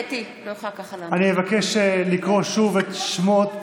אני אבקש לקרוא שוב את שמות